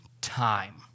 time